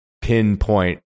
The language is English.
pinpoint